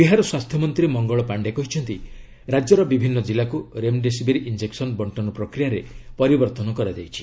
ବିହାର ସ୍ୱାସ୍ଥ୍ୟମନ୍ତ୍ରୀ ମଙ୍ଗଳ ପାଶ୍ଡେ କହିଛନ୍ତି ରାଜ୍ୟର ବିଭିନ୍ନ ଜିଲ୍ଲାକୁ ରେମଡେସିବିର ଇଂଜେକ୍ସନ ବଣ୍ଟନ ପ୍ରକ୍ରିୟାରେ ପରିବର୍ତ୍ତନ କରାଯାଇଛି